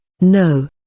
no